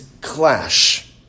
clash